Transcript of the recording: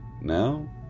Now